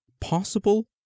possible